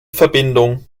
verbindung